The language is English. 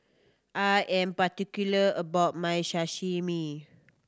I am particular about my Sashimi